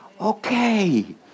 okay